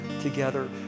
together